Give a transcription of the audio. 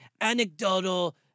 anecdotal